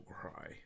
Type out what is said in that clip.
cry